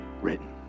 written